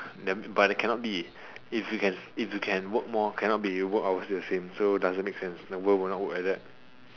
the but then cannot be if you can if you can work more cannot be you work obviously the same so doesn't make sense the world would not work like that